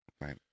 right